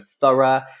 thorough